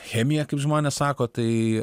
chemiją kaip žmonės sako tai